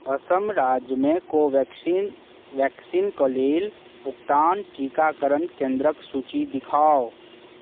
असम राज्यमे Covaxin vaccine कऽ लेल भुगतान टीकाकरण केन्द्रक सूची दिखाउ